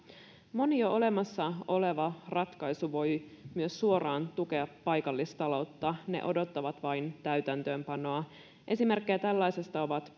moni jo olemassa oleva ratkaisu voi myös suoraan tukea paikallistaloutta ne odottavat vain täytäntöönpanoa esimerkkejä tällaisesta ovat